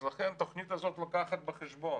אז לכן התוכנית הזאת לוקחת בחשבון